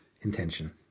intention